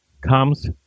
comes